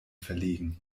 verlegen